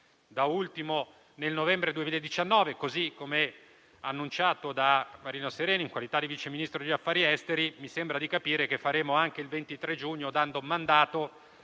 da ultimo nel novembre 2019, così come annunciato da Marina Sereni in qualità di Vice Ministro degli affari esteri. E mi sembra di capire che lo saremo anche il 23 giugno dando mandato